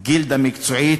גילדה מקצועית,